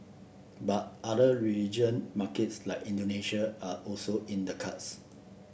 but other region markets like Indonesia are also in the cards